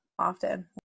Often